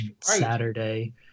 Saturday